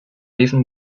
even